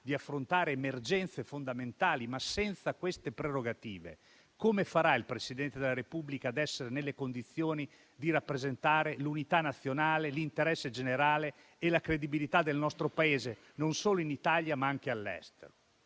di affrontare emergenze fondamentali? Senza queste prerogative, come farà il Presidente della Repubblica ad essere nelle condizioni di rappresentare l'unità nazionale, l'interesse generale e la credibilità del nostro Paese, non solo in Italia ma anche all'estero?